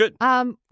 Good